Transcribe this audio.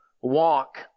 walk